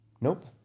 Nope